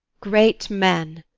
great men,